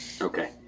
Okay